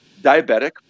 diabetic